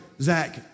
Zach